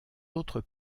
autres